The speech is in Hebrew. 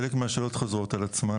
חלק מהשאלות חוזרות על עצמן,